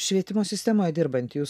švietimo sistemoje dirbanti jūs